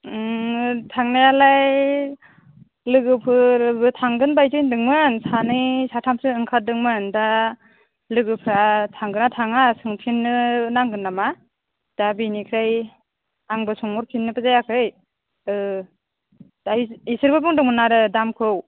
थांनायालाय लोगोफोरबो थांगोन बायदि होन्दोंमोन सानै साथामसो ओंखारदोंमोन दा लोगोफोरा थांगोन ना थाङा सोंफिननो नांगोन नामा दा बेनिथाखाय आंबो सोंहरफिननायबो जायाखै दा बिसोरबो बुंदोंमोन आरो दामखौ